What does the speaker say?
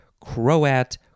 Croat